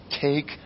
Take